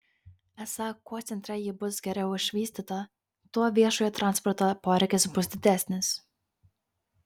esą kuo centre ji bus geriau išvystyta tuo viešojo transporto poreikis bus didesnis